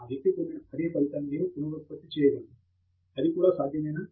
ఈ వ్యక్తి పొందిన అదే ఫలితాన్ని నేను ఎలా పునరుత్పత్తి చేయగలను అది కూడా సాధ్యమేనా